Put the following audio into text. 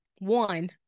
One